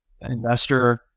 investor